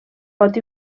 pot